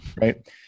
Right